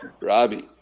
Robbie